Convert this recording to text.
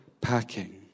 Packing